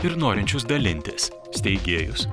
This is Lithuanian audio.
ir norinčius dalintis steigėjus